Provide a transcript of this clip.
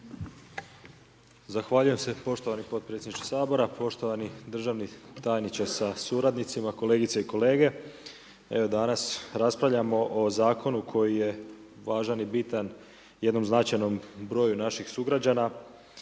Zahvaljujem se poštovani potpredsjedniče Sabora, poštovani državni tajniče sa suradnicima, kolegice i kolege. Evo danas raspravljamo o zakonu koji je važan i bitan jednom značajnom broju naših sugrađana